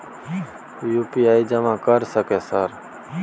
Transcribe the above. UPI जमा कर सके सर?